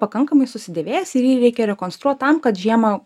pakankamai susidėvėjęs ir jį reikia rekonstruot tam kad žiemą